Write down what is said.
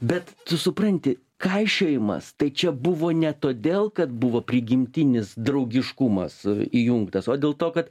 bet tu supranti kaišiojimas tai čia buvo ne todėl kad buvo prigimtinis draugiškumas įjungtas o dėl to kad